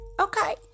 Okay